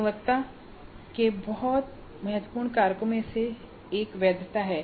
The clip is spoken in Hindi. गुणवत्ता के बहुत महत्वपूर्ण कारकों में से एक वैधता है